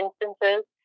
instances